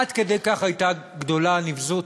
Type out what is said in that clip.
עד כדי כך הייתה גדולה הנבזות